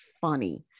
funny